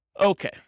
Okay